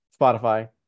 Spotify